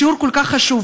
שיעור כל כך חשוב,